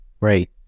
Right